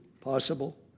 possible